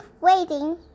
waiting